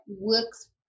works